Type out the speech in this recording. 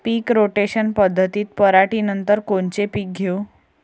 पीक rotation पद्धतीत पराटीनंतर कोनचे पीक घेऊ?